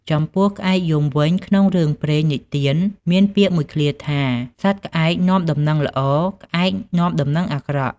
ចំពោះក្អែកយំវិញ ក្នុងរឿងព្រេងនិទានមានពាក្យមួយឃ្លាថា "សត្វក្អែកនាំដំណឹងល្អ ក្អែកនាំដំណឹងអាក្រក់"។